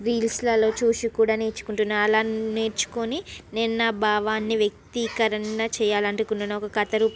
రీల్స్లలో చూసి కూడా నేర్చుకుంటున్నాను అలా నేర్చుకొని నేను నా భావాన్ని వ్యక్తీకరణ చేయాలనుకుంటున్న ఒక కథ రూప్